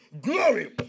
Glory